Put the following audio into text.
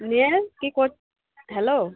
নেন কী কর হ্যালো